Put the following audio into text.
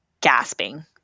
gasping